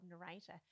narrator